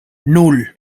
nul